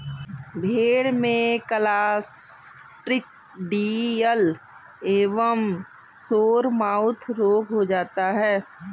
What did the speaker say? भेड़ में क्लॉस्ट्रिडियल एवं सोरमाउथ रोग हो जाता है